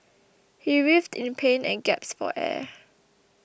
he writhed in pain and gasped for air